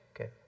okay